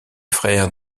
frère